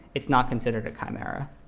it's not considered a chimera.